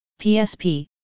PSP